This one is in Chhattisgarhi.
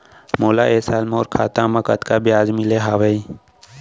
मोला ए साल मोर खाता म कतका ब्याज मिले हवये?